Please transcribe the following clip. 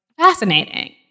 fascinating